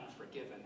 Unforgiven